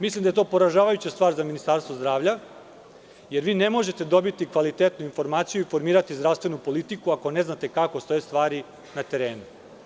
Mislim da je to poražavajuća stvar za Ministarstvo zdravlja, jer vi ne možete dobiti kvalitetnu informaciju i formirati zdravstvenu politiku ukoliko ne znate kako stoje stvari na terenu.